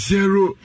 Zero